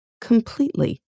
completely